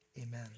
Amen